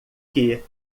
que